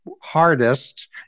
hardest